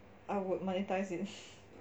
I would monetise it